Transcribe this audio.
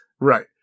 Right